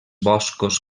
boscos